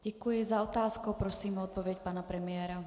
Děkuji za otázku a prosím o odpověď pana premiéra.